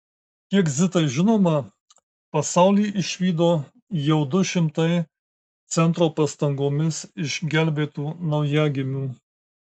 kiek zitai žinoma pasaulį išvydo jau du šimtai centro pastangomis išgelbėtų naujagimių